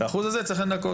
אז את האחוז הזה צריך לנכות.